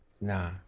Nah